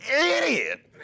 idiot